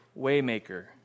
Waymaker